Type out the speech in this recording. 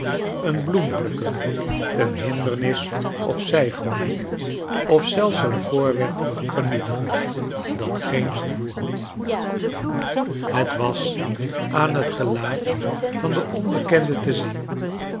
een bloem plukken een hindernis op zij gooien of zelfs een voorwerp vernietigen dat geen gevoel had het was aan het gelaat van den onbekende te zien